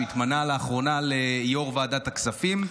הוא התמנה לאחרונה ליו"ר ועדת הכספים.